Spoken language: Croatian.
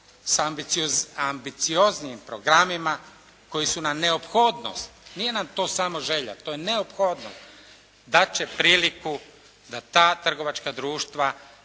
sa ambicioznijim programima koji su na neophodnost, nije nam to samo želja, to je neophodnost, dat će priliku da ta trgovačka društva